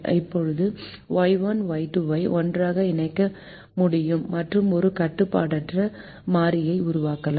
இப்போது Y1 Y2 ஐ ஒன்றாக இணைக்க முடியும் மற்றும் ஒரு கட்டுப்பாடற்ற மாறியாக உருவாக்கலாம்